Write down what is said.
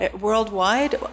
worldwide